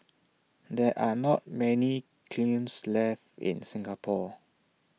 there are not many kilns left in Singapore